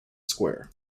square